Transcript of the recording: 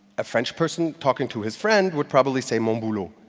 a french person talking to his friend would probably say mon boulot,